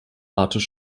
arthur